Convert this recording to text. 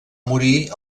morir